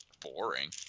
Boring